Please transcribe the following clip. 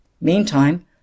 Meantime